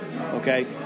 Okay